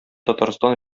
татарстан